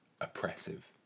oppressive